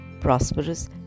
prosperous